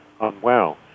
unwell